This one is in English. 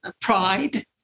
pride